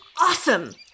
awesome